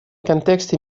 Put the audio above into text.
контексте